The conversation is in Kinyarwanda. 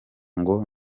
ngo